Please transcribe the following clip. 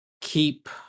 keep